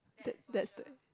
that that's the